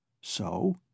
So